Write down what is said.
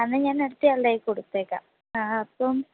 എന്നാൽ ഞാൻ അടുത്ത ആളുടെ കൈയിൽ കൊടുത്തേക്കാം ആ ആ അപ്പം